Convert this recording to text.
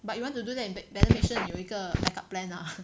but you want to do that you better make sure 你有一个 backup plan ah